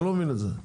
אני לא מבין את זה.